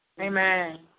amen